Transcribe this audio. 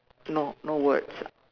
no no words